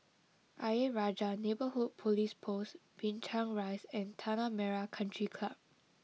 Ayer Rajah Neighbourhood Police Post Binchang Rise and Tanah Merah Country Club